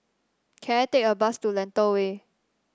can I take a bus to Lentor Way